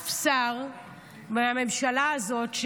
ואף שר מהממשלה הזאת,